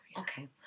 Okay